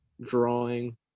drawing